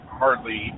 hardly